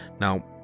now